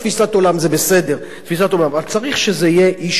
זה בסדר, תפיסת עולם, רק צריך שזה יהיה איש מקצוע.